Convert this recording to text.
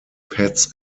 pets